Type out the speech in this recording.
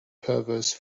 perverse